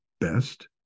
best